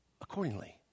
accordingly